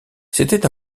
c’était